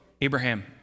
Abraham